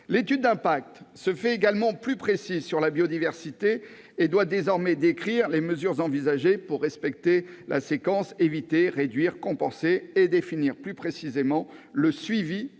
L'étude d'impact se fait également plus précise sur la biodiversité : il faut désormais décrire les mesures envisagées pour respecter la séquence éviter-réduire-compenser et définir plus précisément, point